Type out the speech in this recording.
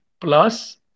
plus